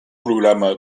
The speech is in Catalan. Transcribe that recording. programa